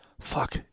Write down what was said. fuck